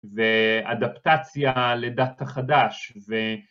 ‫ואדפטציה לדאטה חדש.